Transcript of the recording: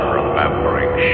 remembering